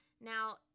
Now